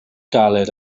galed